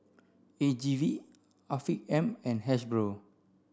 A G V Afiq M and Hasbro